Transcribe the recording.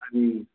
अनि